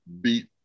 beat